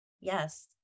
Yes